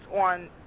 on